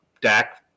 Dak